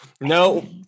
no